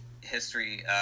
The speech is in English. history